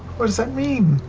what does that mean?